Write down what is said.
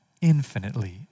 infinitely